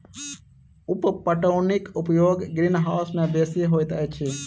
उप पटौनीक उपयोग ग्रीनहाउस मे बेसी होइत अछि